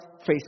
face